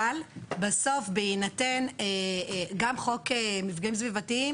אבל בסוף בהינתן גם חוק מפגעים סביבתיים,